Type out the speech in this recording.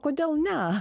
kodėl ne